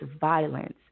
violence